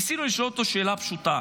ניסינו לשאול אותו שאלה פשוטה,